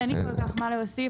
אין לי כל כך מה להוסיף.